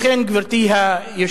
לכן, גברתי היושבת-ראש,